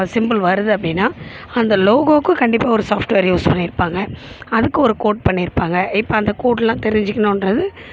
simple வருது அப்படின்னா அந்த லோகோக்கு கண்டிப்பாக ஒரு சாஃப்ட்வேர் யூஸ் பண்ணிருப்பாங்க அதுக்கு ஒரு கோட் பண்ணிருப்பாங்க இப்போ அந்த கோட்லாம் தெரிஞ்சுக்கணுன்றது